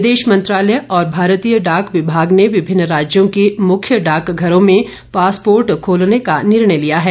विदेश मंत्रालय और भारतीय डाक विभाग ने विभिन्न राज्यों के मुख्य डाकघरों में पासपोर्ट खोलने का निर्णय लिया है